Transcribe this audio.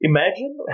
Imagine